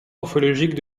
morphologiques